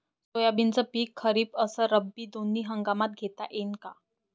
सोयाबीनचं पिक खरीप अस रब्बी दोनी हंगामात घेता येईन का?